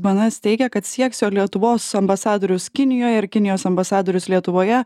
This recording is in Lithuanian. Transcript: bns teigė kad sieks jog lietuvos ambasadorius kinijoje ir kinijos ambasadorius lietuvoje